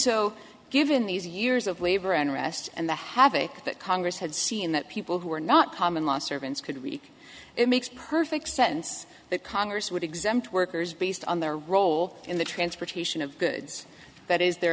so given these years of labor unrest and the havoc that congress had seen that people who are not common law servants could read it makes perfect sense that congress would exempt workers based on their role in the transportation of goods that is their